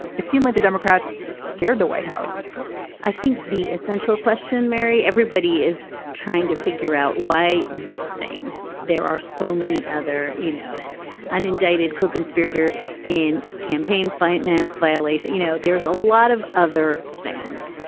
it seemed like the democrats scared the white house i think the essential question mary everybody is trying to figure out why this thing there are so many other you know unindicted coconspirator in campaign finance violation. you know there is a lot of other things.